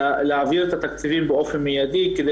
להעביר את התקציבים באופן מיידי כדי